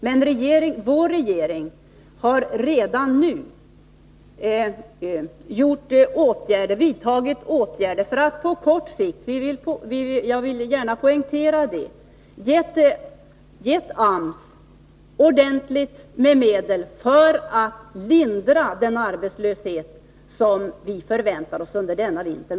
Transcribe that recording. Men vår regering har redan nu vidtagit åtgärder för att på kort sikt — jag vill gärna poängtera det — lindra arbetslösheten. Vi har gett AMS ökade medel för att man skall kunna lindra den arbetslöshet som vi förväntar oss under kommande vinter.